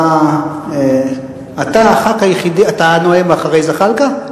אתה הנואם אחרי זחאלקה?